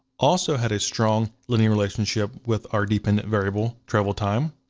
also had a strong linear relationship with our dependent variable, travel time.